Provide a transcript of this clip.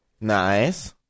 Nice